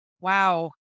Wow